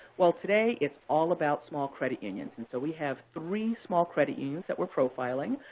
well, today it's all about small credit unions, and so we have three small credit unions that we're profiling.